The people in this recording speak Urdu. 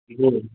جی